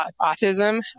autism